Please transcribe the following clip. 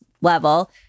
level